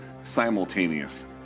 simultaneous